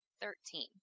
thirteen